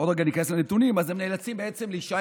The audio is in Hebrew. בעוד רגע ניכנס לנתונים הן נאלצות להישאר